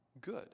good